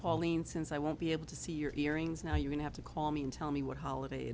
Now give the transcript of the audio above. pauline since i won't be able to see your earrings now you have to call me and tell me what holiday